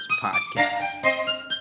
Podcast